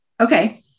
Okay